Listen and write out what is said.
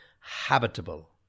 Habitable